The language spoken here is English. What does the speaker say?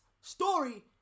story